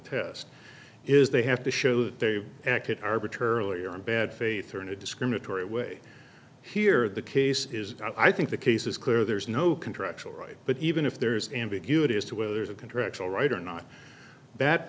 test is they have to show that they acted arbitrarily or in bad faith or in a discriminatory way here the case is i think the case is clear there's no contractual right but even if there is ambiguity as to whether there's a contractual right or not that